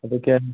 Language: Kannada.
ಅದಕ್ಕೆ